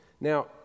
Now